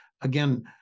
again